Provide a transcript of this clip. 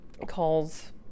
calls